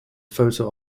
photo